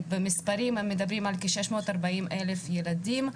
במספרים מדובר על כ-640,000 ילדים.